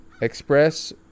Express